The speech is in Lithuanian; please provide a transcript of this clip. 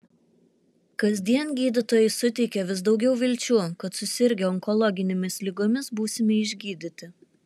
kasdien gydytojai suteikia vis daugiau vilčių kad susirgę onkologinėmis ligomis būsime išgydyti